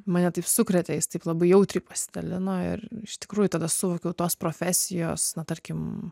mane taip sukrėtė jis taip labai jautriai pasidalino ir iš tikrųjų tada suvokiau tos profesijos na tarkim